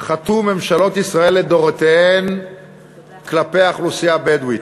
חטאו ממשלות ישראל לדורותיהן כלפי האוכלוסייה הבדואית?